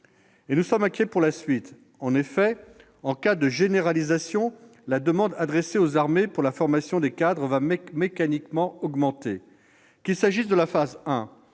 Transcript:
Et nous sommes inquiets pour la suite. En effet, en cas de généralisation, la demande adressée aux armées pour la formation des cadres va mécaniquement augmenter. Qu'il s'agisse de la phase 1